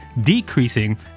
decreasing